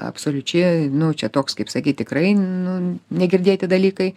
absoliučiai nu čia toks kaip sakyt tikrai nu negirdėti dalykai